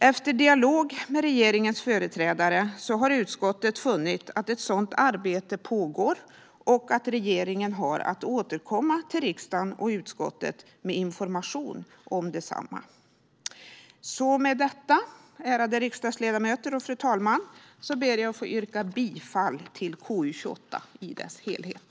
Efter dialog med regeringens företrädare har utskottet funnit att ett sådant arbete pågår och att regeringen har att återkomma till riksdagen och utskottet med information om detsamma. Så med detta, ärade riksdagsledamöter och fru talman, ber jag att få yrka bifall till utskottets förslag i KU28 i dess helhet.